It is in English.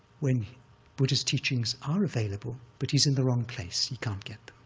when buddhist teachings are available, but he's in the wrong place. he can't get